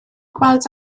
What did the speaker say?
gweld